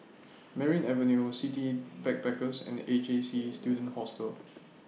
Merryn Avenue City Backpackers and A J C Student Hostel